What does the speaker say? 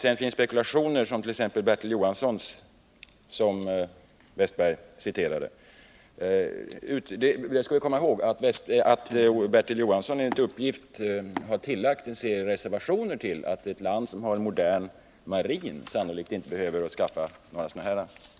Vi skall komma ihåg att Bertil Johansson, som Olle Wästberg citerade, enligt uppgift har tillagt en serie reservationer som går ut på att ett land som har en modern marin sannolikt inte behöver skaffa sådana här tingestar.